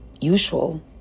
usual